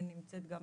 נמצאת גם